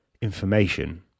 information